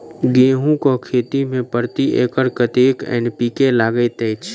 गेंहूँ केँ खेती मे प्रति एकड़ कतेक एन.पी.के लागैत अछि?